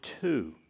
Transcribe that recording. two